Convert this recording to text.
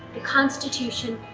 the constitution,